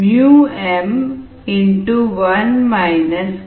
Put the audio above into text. Dm m1 KsKsSi0